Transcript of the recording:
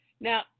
Now